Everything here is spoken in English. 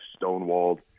stonewalled